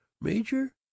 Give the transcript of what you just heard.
Major